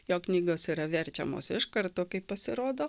jo knygos yra verčiamos iš karto kai pasirodo